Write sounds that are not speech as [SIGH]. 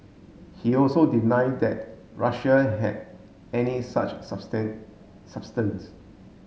he also denied that Russia had any such [UNINTELLIGIBLE] substance